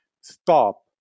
stop